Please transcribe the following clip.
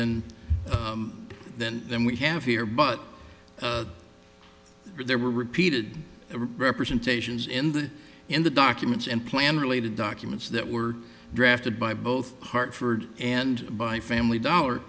than than than we have here but there were repeated representations in the in the documents and plan related documents that were drafted by both hartford and by family dollar